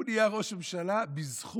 הוא נהיה ראש ממשלה בזכות